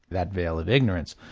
that veil of ignorance.